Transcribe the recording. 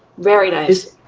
very nice.